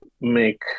make